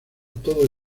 todo